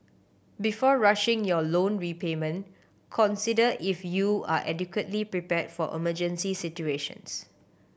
before rushing your loan repayment consider if you are adequately prepared for emergency situations